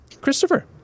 christopher